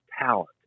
talent